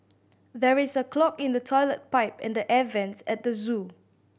there is a clog in the toilet pipe and the air vents at the zoo